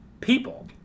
people